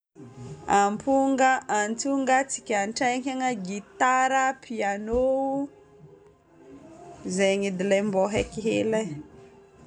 Amponga, antsonga, tsikantraikana, gitara, piano, zegny edy ilay mbo haiky hely e.